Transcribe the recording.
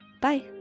bye